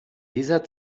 dieser